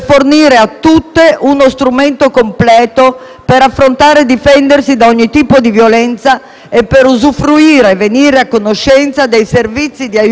per affrontare e difendersi da ogni tipo violenza e per venire a conoscenza e usufruire dei servizi di aiuto presenti sul territorio nazionale.